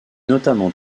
notamment